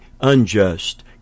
unjust